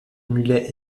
mulets